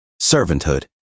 Servanthood